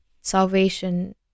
salvation